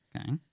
Okay